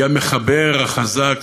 היא המחבר החזק